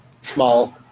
Small